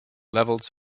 levels